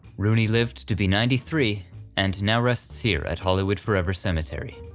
rooney lived to be ninety three and now rests here at hollywood forever cemetery.